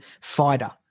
fighter